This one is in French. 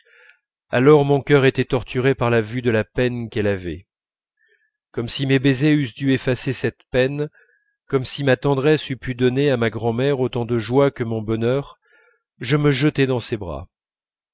alors mon cœur était torturé par la vue de la peine qu'elle avait comme si mes baisers eussent dû effacer cette peine comme si ma tendresse eût pu donner à ma grand'mère autant de joie que mon bonheur je me jetais dans ses bras